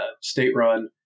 state-run